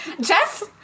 Jess-